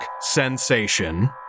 sensation